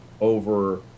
over